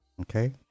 Okay